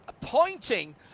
pointing